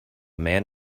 man